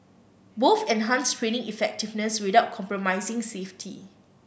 both enhanced training effectiveness without compromising safety